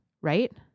right